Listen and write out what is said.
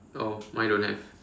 oh mine don't have